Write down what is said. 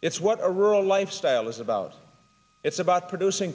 it's what a rural lifestyle is about it's about producing